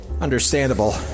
Understandable